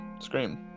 Scream